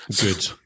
Good